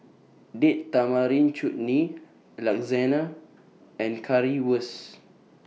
Date Tamarind Chutney Lasagna and Currywurst